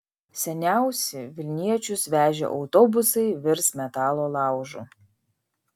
seniausi vilniečius vežę autobusai virs metalo laužu